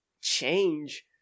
change